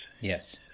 Yes